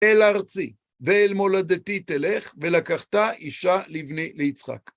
אל הארצי ואל מולדתי תלך, ולקחת אישה לבני ליצחק.